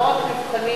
ולא רק מבחנים.